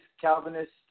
Calvinist